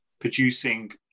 producing